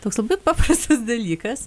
toks labai paprastas dalykas